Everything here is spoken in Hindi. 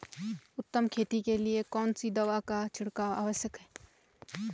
उत्तम खेती के लिए कौन सी दवा का छिड़काव आवश्यक है?